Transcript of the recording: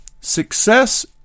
Success